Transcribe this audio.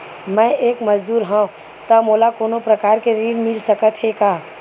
मैं एक मजदूर हंव त मोला कोनो प्रकार के ऋण मिल सकत हे का?